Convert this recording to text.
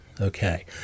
Okay